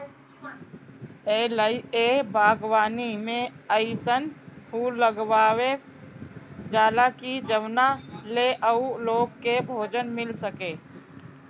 ए लिए इ बागवानी में अइसन फूल लगावल जाला की जवना से उ लोग के भोजन मिल सके